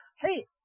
hey